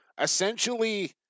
essentially